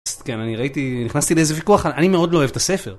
כן אני ראיתי נכנסתי לאיזה ויכוח אני מאוד לא אוהב את הספר.